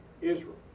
Israel